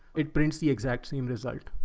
it prints the exact same result.